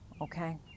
okay